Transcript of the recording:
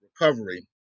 recovery